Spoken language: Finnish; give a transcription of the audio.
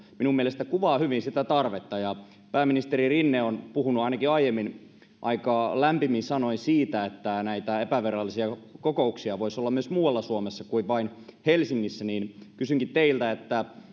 minun mielestäni kuvaavat hyvin sitä tarvetta pääministeri rinne on puhunut ainakin aiemmin aika lämpimin sanoin siitä että näitä epävirallisia kokouksia voisi olla myös muualla suomessa kuin vain helsingissä ja kysynkin teiltä